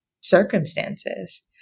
circumstances